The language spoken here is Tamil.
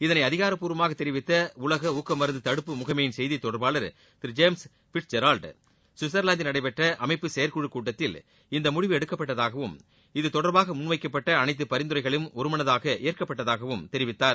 இதனை அதிகார பூர்வமாக தெரிவித்த உலக ஊக்க மருந்து தடுப்பு முகமையின் செய்தித் தொடர்பாளர் திரு ஜேம்ஸ் ஃபிட்ஸ்ஷெரால்ட் சுவிட்சர்லாந்தில் நடைபெற்ற அமைப்பின் செயற்குழு கூட்டத்தில் இந்த முடிவு எடுக்கப்பட்டதாகவும் இத்தொடர்பாக முன்வைக்கப்பட்ட அனைத்து பரிந்துரைகளும் ஒருமனதாக ஏற்கப்பட்டதாகவும் தெரிவித்தார்